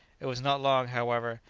it was not long, however,